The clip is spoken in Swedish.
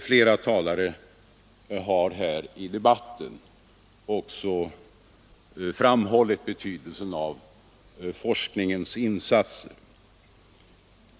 Flera talare har här i debatten också framhållit betydelsen av forskningens insatser.